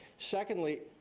secondly,